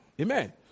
Amen